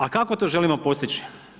A kako to želimo postići?